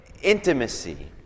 intimacy